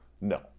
No